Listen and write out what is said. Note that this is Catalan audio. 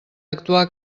actuar